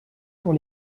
pour